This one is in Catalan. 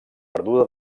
perduda